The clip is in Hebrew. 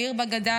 העיר שבה נולדתי,